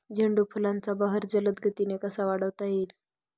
झेंडू फुलांचा बहर जलद गतीने कसा वाढवता येईल?